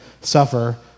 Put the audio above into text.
suffer